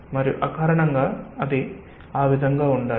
మరియు అకారణంగా అది ఆ విధంగా ఉండాలి